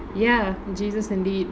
ya jesus indeed